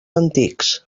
antics